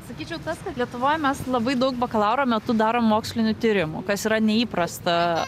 sakyčiau tas kad lietuvoj mes labai daug bakalauro metu darom mokslinių tyrimų kas yra neįprasta